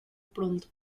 pronto